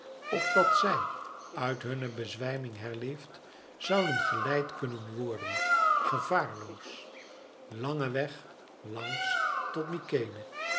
opdat zij uit hunne bezwijming herleefd zouden geleid kunnen worden gevaarloos langen weg langs tot